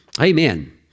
Amen